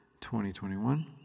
2021